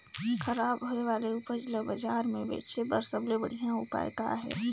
खराब होए वाले उपज ल बाजार म बेचे बर सबले बढ़िया उपाय का हे?